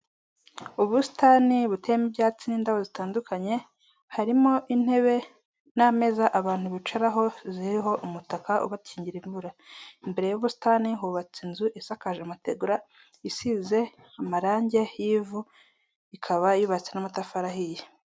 Ubusitani buteyemo ibyatsi n'indabo zitandukanye, harimo intebe n'ameza abantu bicaraho, ziriho umutaka ubakingira imvura, imbere y'ubusitani hubatse inzu isakaje amategura ,isize amarangi y'ivu ikaba yubatswe n'amatafari ahiye.